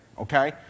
okay